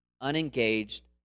unengaged